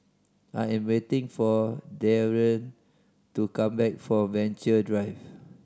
I am waiting for Darrion to come back from Venture Drive